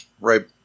right